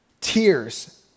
Tears